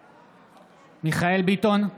בעד מיכאל מרדכי ביטון,